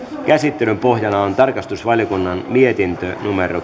käsittelyn pohjana on tarkastusvaliokunnan mietintö